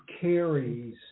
carries